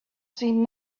seemed